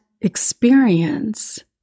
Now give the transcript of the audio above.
experience